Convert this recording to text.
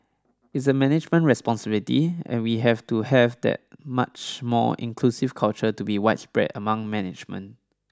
it's a management responsibility and we have to have that much more inclusive culture to be widespread among management